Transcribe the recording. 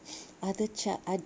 ada cha~ ada